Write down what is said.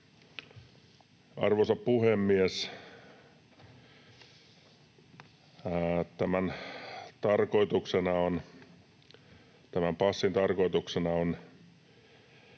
Arvoisa puhemies! Tämän passin tarkoituksena on